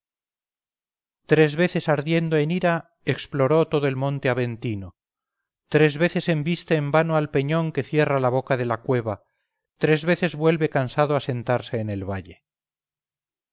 tres veces ardiendo en ira exploró todo el monte aventino tres veces embiste en vano al peñón que cierra la boca de la cueva tres veces vuelve cansado a sentarse en el valle